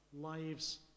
lives